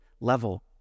level